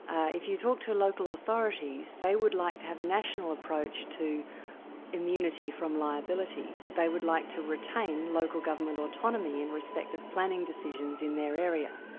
if you talk to local authorities, they would like to have a national approach to immunity from liability, but they would like to retain local government autonomy in respect of planning decisions in their area.